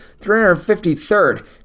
353rd